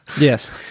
Yes